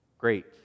Great